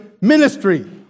ministry